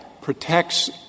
protects